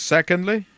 Secondly،